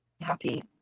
happy